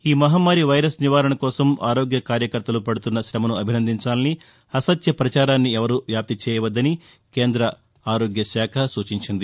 ఈ మహమ్మరి వైరస్ నివారణ కోసం ఆరోగ్య కార్యకర్తలు పడుతున్న కమసు అభినందించాలని అసత్య సమాచారాన్ని ఎవరూ వ్యాప్తి చేయ వద్దని కేంద్ర వైద్య ఆరోగ్య శాఖ సూచించింది